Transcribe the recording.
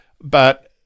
but-